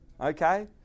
okay